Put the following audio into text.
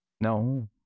No